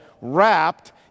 wrapped